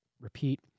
repeat